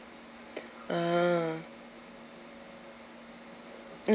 ah